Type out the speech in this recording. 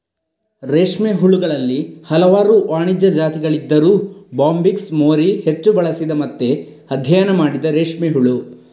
ರೇಷ್ಮೆ ಹುಳುಗಳಲ್ಲಿ ಹಲವಾರು ವಾಣಿಜ್ಯ ಜಾತಿಗಳಿದ್ದರೂ ಬಾಂಬಿಕ್ಸ್ ಮೋರಿ ಹೆಚ್ಚು ಬಳಸಿದ ಮತ್ತೆ ಅಧ್ಯಯನ ಮಾಡಿದ ರೇಷ್ಮೆ ಹುಳು